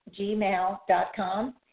gmail.com